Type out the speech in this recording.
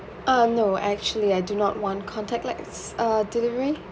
uh no actually I do not want contactless uh delivery